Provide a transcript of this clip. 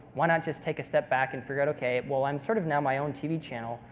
why not just take a step back and figure out ok, well i'm sort of now my own tv channel,